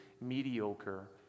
mediocre